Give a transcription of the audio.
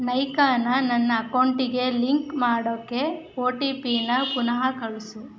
ನೈಕಾನ ನನ್ನ ಅಕೌಂಟಿಗೆ ಲಿಂಕ್ ಮಾಡೋಕೆ ಓ ಟಿ ಪಿನಾ ಪುನಃ ಕಳಿಸು